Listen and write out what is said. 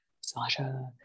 Sasha